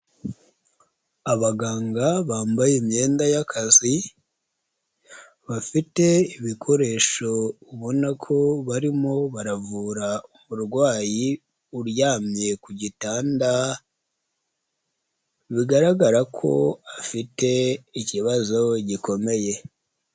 Abaganga bambaye imyenda y'akazi, bafite ibikoresho ubona ko barimo baravura umurwayi uryamye ku gitanda, bigaragara ko afite ikibazo gikomeye.